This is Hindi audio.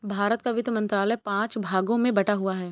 भारत का वित्त मंत्रालय पांच भागों में बटा हुआ है